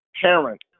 parent